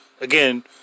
Again